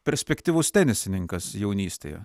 perspektyvus tenisininkas jaunystėje